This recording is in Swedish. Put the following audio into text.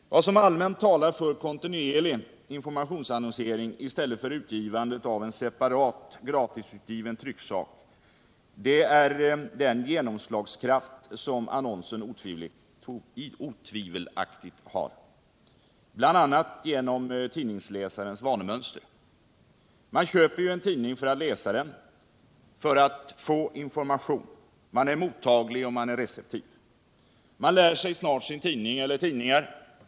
Vad som allmänt talar för kontinuerlig informationsannonsering i stället för utgivande av en separat, gratisutgiven trycksak är den genomslagskraft annonsen otvivelaktigt har bl.a. genom tidningsläsarens vanemönster. Man köper ju en tidning för att läsa den, för att få information. Man är mottaglig och receptiv. Man lär snart känna sin tidning eller sina tidningar.